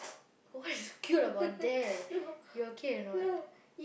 what is cute about that you okay or not